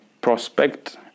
prospect